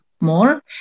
more